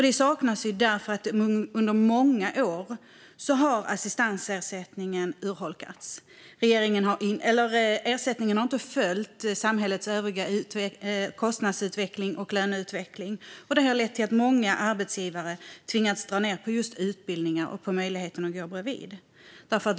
Den saknas därför att assistansersättningen har urholkats under många år. Ersättningen har inte följt samhällets övriga kostnadsutveckling och löneutveckling, vilket har lett till att många arbetsgivare har tvingats att dra ned på just utbildning och möjligheten att gå bredvid.